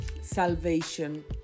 salvation